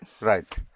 Right